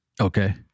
Okay